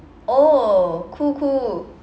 oh cool cool